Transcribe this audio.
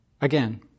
Again